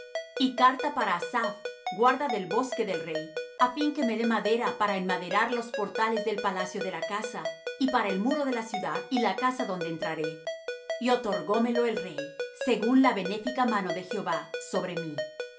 y carta para asaph guarda del bosque del rey á fin que me dé madera para enmaderar los portales del palacio de la casa y para el muro de la ciudad y la casa donde entraré y otorgóme lo el rey según la benéfica mano de jehová sobre mí